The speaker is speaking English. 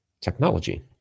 technology